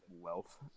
wealth